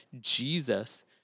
Jesus